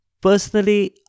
Personally